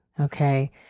Okay